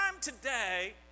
today